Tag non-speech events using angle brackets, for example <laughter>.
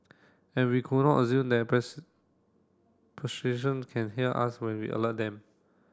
and we could not assume that <unintelligible> can hear us when we alert them